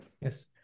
yes